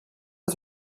bas